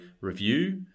review